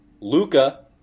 Luca